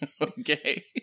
Okay